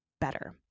better